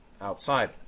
outside